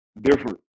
different